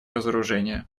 разоружения